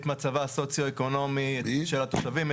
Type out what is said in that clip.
את מצבה הסוציואקונומי של התושבים,